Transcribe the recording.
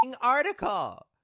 article